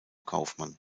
kaufmann